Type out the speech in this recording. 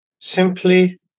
Simply